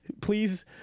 please